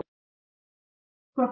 ಪ್ರತಾಪ್ ಹರಿಡೋಸ್ ಸರಿ